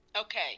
Okay